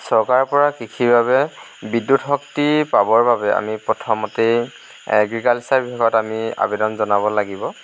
চৰকাৰৰ পৰা কৃষিৰ বাবে বিদ্যুত শক্তি পাবৰ বাবে আমি প্ৰথমতেই এগ্ৰিকালচাৰ বিভাগত আমি আবেদন জনাব লাগিব